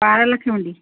Paralakhemundi